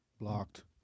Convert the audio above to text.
Blocked